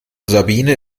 sabine